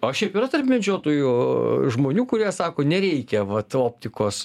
o šiaip yra tarp medžiotojų žmonių kurie sako nereikia vat optikos